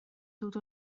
dod